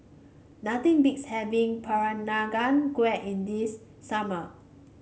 nothing beats having Peranakan Kueh in this summer